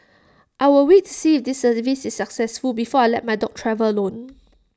I will wait to see IT this service is successful before I let my dog travel alone